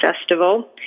Festival